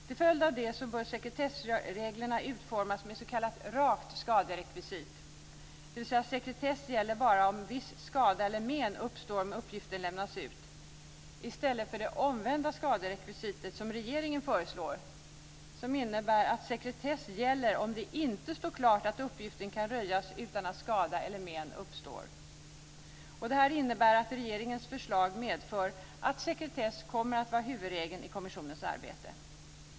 Till följd av det bör sekretessreglerna utformas med s.k. rakt skaderekvisit, dvs. att sekretess gäller bara om viss skada eller men uppstår om uppgiften lämnas ut, i stället för det omvända skaderekvisitet som regeringen föreslår, som innebär att sekretess gäller om det inte står klart att uppgiften kan röjas utan att skada eller men uppstår. Detta innebär att regeringens förslag medför att sekretess kommer att vara huvudregeln i kommissionens arbete.